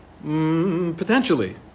potentially